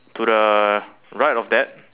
to the right of that